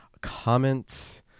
comments